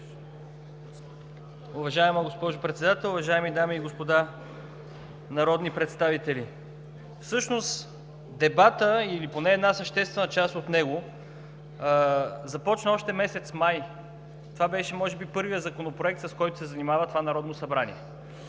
Уважаема госпожо Председател, уважаеми дами и господа народни представители! Всъщност дебатът или поне една съществена част от него започна още през месец май. Това беше може би първият законопроект, с който се занимава това Народно събрание.